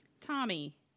Tommy